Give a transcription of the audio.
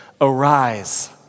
arise